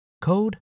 code